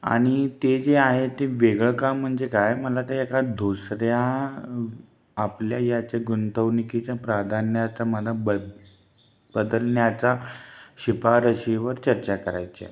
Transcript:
आणि ते जे आहे ते वेगळं काम म्हणजे काय मला ते एका दुसऱ्या आपल्या याच्या गुंतवणुकीच्या प्राधान्यात मला ब बदलण्याचा शिफारशीवर चर्चा करायची आहे